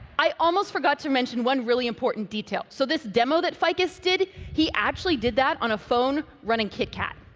i almost forgot to mention one really important detail. so this demo that ficus did, he actually did that on a phone running kitkat.